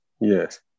yes